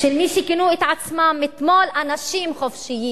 של מי שכינו את עצמם אתמול "אנשים חופשיים",